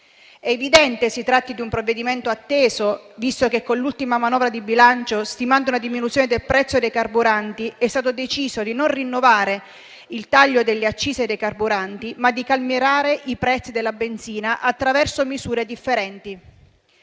È evidente che si tratta di un provvedimento atteso, visto che con l'ultima manovra di bilancio, stimando una diminuzione del prezzo dei carburanti, è stato deciso di non rinnovare il taglio delle accise sui carburanti, ma di calmierare i prezzi della benzina attraverso misure differenti.